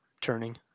turning